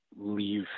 leave